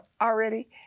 already